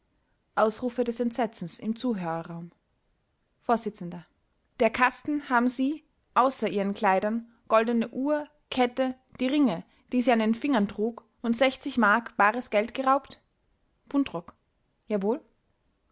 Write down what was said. ausrufe des entsetzens im zuhörerraum vors der kasten haben sie außer ihren kleidern goldene uhr kette die ringe die sie an den fingern trug und mark bares geld geraubt buntrock jawohl